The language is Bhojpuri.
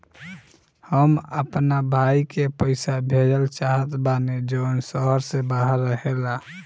हम अपना भाई के पइसा भेजल चाहत बानी जउन शहर से बाहर रहेला